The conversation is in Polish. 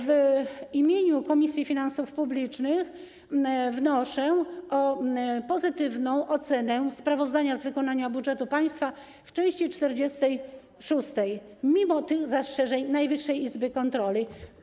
W imieniu Komisji Finansów Publicznych wnoszę o pozytywną ocenę sprawozdania z wykonania budżetu państwa w części 46, mimo zastrzeżeń Najwyższej Izby Kontroli.